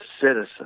citizen